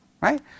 right